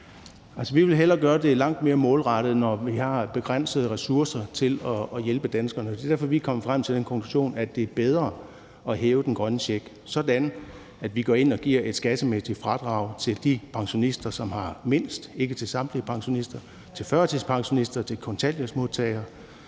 Vi vil hellere gøre det langt mere målrettet, når vi har begrænsede ressourcer til at hjælpe danskerne. Det er derfor, at vi er kommet frem til den konklusion, at det er bedre at hæve den grønne check, så vi går ind og giver et skattemæssigt fradrag til de pensionister, som har mindst – ikke til samtlige pensionister – til førtidspensionister, kontanthjælpsmodtagere,